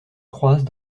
croisent